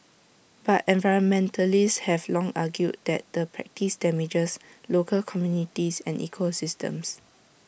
but environmentalists have long argued that the practice damages local communities and ecosystems